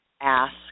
ask